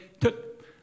took